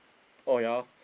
oh ya